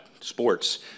sports